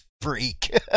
freak